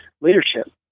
leadership